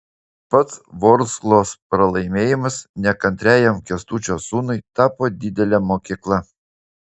pats vorsklos pralaimėjimas nekantriajam kęstučio sūnui tapo didele mokykla